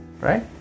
right